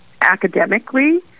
academically